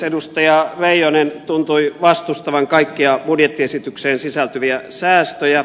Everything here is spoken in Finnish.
edustaja reijonen tuntui vastustavan kaikkia budjettiesitykseen sisältyviä säästöjä